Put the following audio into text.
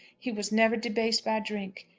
he was never debased by drink.